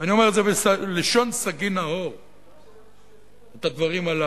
ואני אומר בלשון סגי נהור את הדברים הללו.